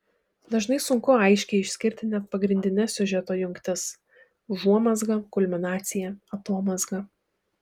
dažnai sunku aiškiai išskirti net pagrindines siužeto jungtis užuomazgą kulminaciją atomazgą